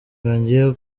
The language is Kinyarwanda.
yongeyeho